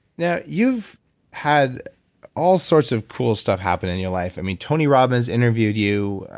now, you've had all sorts of cool stuff happen in your life. i mean tony robbins interviewed you.